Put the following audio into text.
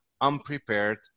unprepared